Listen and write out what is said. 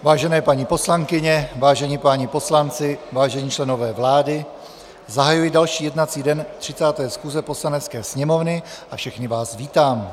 Vážené paní poslankyně, vážení páni poslanci, vážení členové vlády, zahajuji další jednací den 30. schůze Poslanecké sněmovny a všechny vás vítám.